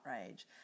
outrage